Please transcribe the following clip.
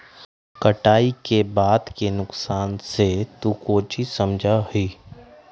कटाई के बाद के नुकसान से तू काउची समझा ही?